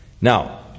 Now